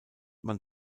man